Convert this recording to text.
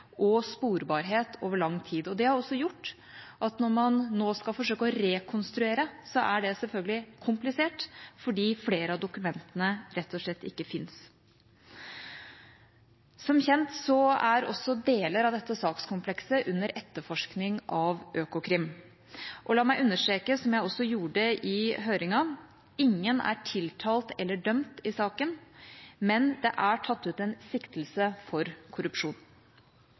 og sporbarhet over lang tid. Det har også gjort at når man nå skal forsøke å rekonstruere, er det selvfølgelig komplisert fordi flere av dokumentene rett og slett ikke fins. Som kjent er også deler av dette sakskomplekset under etterforskning av Økokrim. La meg understreke, som jeg også gjorde i høringen, at ingen er tiltalt eller dømt i saken, men det er tatt ut en siktelse for korrupsjon.